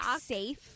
safe